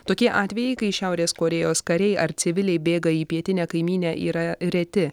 tokie atvejai kai šiaurės korėjos kariai ar civiliai bėga į pietinę kaimynę yra reti